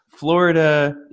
Florida